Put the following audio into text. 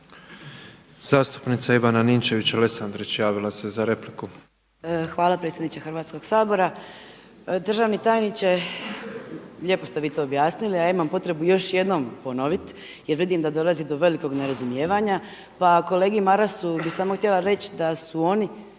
Hvala predsjedniče Hrvatskoga sabora. Državni tajniče, lijepo ste vi to objasnili. A ja imam potrebu još jednom ponovit jer vidim da dolazi do velikog nerazumijevanja, pa kolegi Marasu bi samo htjela reći da su oni